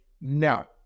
no